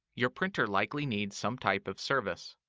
your printer likely needs some type of service.